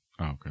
Okay